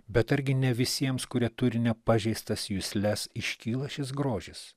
bet argi ne visiems kurie turi nepažeistas jusles iškyla šis grožis